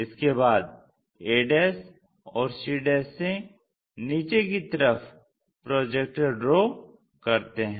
इसके बाद a और c से नीचे कि तरफ प्रोजेक्टर ड्रा करते हैं